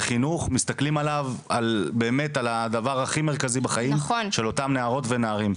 מסתכלים עליו כעל הדבר הכי מרכזי בחיים של אותם נערות ונערים.